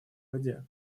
воде